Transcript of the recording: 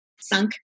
sunk